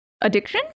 Addiction